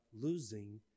losing